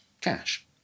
cash